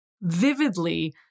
vividly